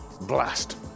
Blast